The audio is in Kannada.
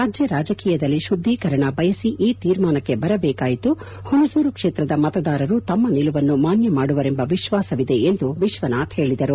ರಾಜ್ಯ ರಾಜಕೀಯದಲ್ಲಿ ಶುದ್ದೀಕರಣ ಬಯಸಿ ಈ ತೀರ್ಮಾನಕ್ಕೆ ಬರಬೇಕಾಯಿತು ಹುಣಸೂರು ಕ್ಷೇತ್ರದ ಮತದಾರರು ತಮ್ಮ ನಿಲುವನ್ನು ಮಾನ್ದ ಮಾಡುವರೆಂಬ ವಿಶ್ವಾಸವಿದೆ ಎಂದು ವಿಶ್ವನಾಥ್ ಹೇಳಿದರು